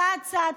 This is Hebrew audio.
צעד-צעד,